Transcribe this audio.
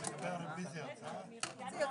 חברים.